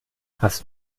hast